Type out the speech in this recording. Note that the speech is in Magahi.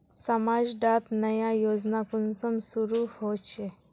समाज डात नया योजना कुंसम शुरू होछै?